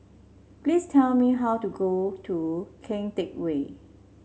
please tell me how to go to Kian Teck Way